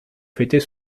fêter